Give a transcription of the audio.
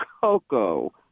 coco